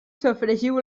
sofregiu